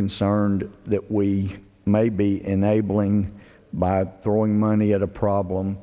concerned that we may be enabling by throwing money at a problem